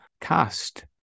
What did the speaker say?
cast